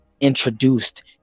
introduced